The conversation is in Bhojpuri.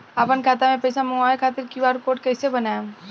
आपन खाता मे पैसा मँगबावे खातिर क्यू.आर कोड कैसे बनाएम?